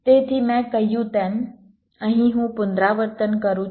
તેથી મેં કહ્યું તેમ અહીં હું પુનરાવર્તન કરું છું